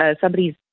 somebody's